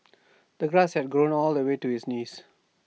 the grass had grown all the way to his knees